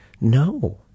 No